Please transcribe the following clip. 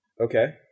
Okay